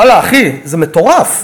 ואללה, אחי, זה מטורף.